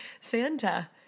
Santa